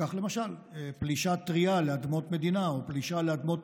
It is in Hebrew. כך למשל פלישה טרייה לאדמות מדינה שהיא